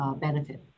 benefit